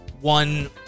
one